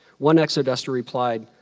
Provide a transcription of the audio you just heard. one exoduster replied,